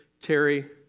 Terry